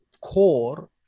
core